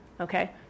Okay